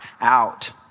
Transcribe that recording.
out